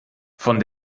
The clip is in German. von